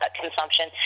consumption